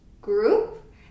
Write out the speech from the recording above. group